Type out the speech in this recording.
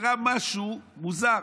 קרה משהו מוזר: